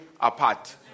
apart